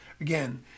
Again